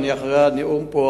ואחרי הנאום פה,